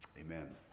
amen